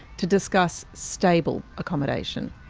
to discuss stable accommodation.